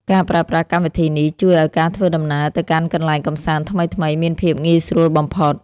ការប្រើប្រាស់កម្មវិធីនេះ ជួយឱ្យការធ្វើដំណើរទៅកាន់កន្លែងកម្សាន្តថ្មីៗមានភាពងាយស្រួលបំផុត។